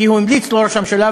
כי הוא המליץ לראש הממשלה,